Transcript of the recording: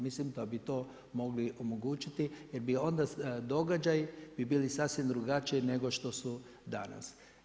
Mislim da bi to mogli omogućiti jer bi onda događaji bi bili sasvim drugačiji nego što su danas.